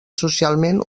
socialment